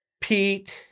Pete